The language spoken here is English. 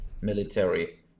military